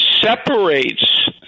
separates